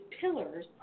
pillars